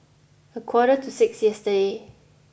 a quarter to six yesterday